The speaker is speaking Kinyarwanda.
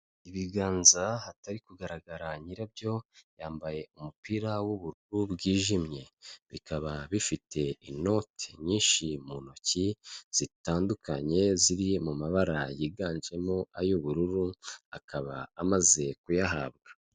Ibiganza hatari kugaragara nyirabyo yambaye umupira w'ubururu bwijimye. Bikaba bifite inoti nyinshi mu ntoki zitandukanye, ziri mu mabara yiganjemo ay'ubururu, akaba amaze kuyahabwa.